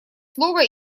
слово